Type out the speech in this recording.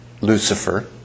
Lucifer